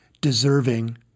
deserving